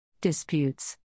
Disputes